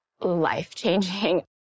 life-changing